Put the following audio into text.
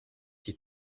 die